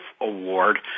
Award